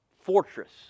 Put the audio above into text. fortress